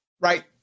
right